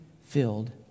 filled